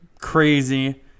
Crazy